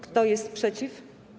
Kto jest przeciw?